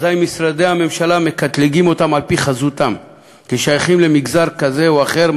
משרדי הממשלה מקטלגים אותם על-פי חזותם כשייכים למגזר כזה או אחר,